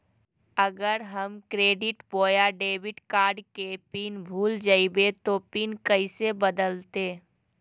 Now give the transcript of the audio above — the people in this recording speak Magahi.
अगर हम क्रेडिट बोया डेबिट कॉर्ड के पिन भूल जइबे तो पिन कैसे बदलते?